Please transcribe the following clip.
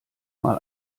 mal